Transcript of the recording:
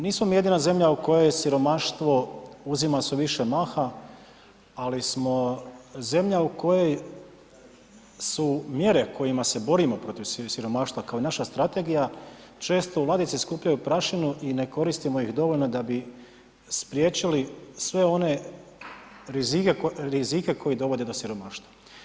Nismo mi jedina zemlja u kojoj siromaštvo uzima sve više maha, ali smo zemlja u kojoj su mjere kojima se borimo protiv siromaštva kao i naša strategija često u ladici skupljaju prašinu i ne koristimo ih dovoljno da bi spriječili sve one rizike koji dovode do siromaštva.